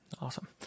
Awesome